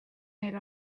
neil